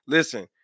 Listen